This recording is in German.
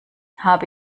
habe